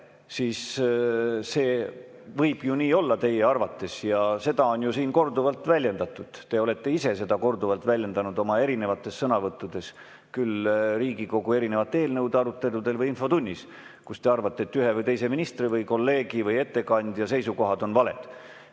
siis see võib nii olla teie arvates. Seda on ju siin korduvalt väljendatud. Te olete isegi seda korduvalt väljendanud oma sõnavõttudes, küll Riigikogu eelnõude aruteludel või infotunnis, kui te arvate, et ühe või teise ministri või kolleegi või ettekandja seisukohad on valed.